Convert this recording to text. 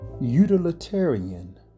Utilitarian